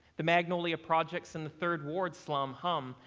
the magnolia projects in the third ward slum. hum,